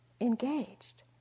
Engaged